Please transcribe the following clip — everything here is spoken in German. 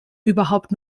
überhaupt